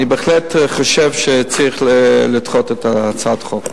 אני בהחלט חושב שצריך לדחות את הצעת החוק.